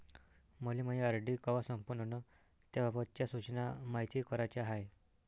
मले मायी आर.डी कवा संपन अन त्याबाबतच्या सूचना मायती कराच्या हाय